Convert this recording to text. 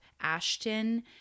Ashton